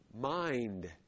mind